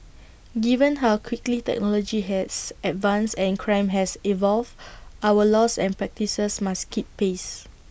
given how quickly technology has advanced and crime has evolved our laws and practices must keep pace